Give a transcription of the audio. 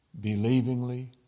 believingly